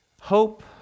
Hope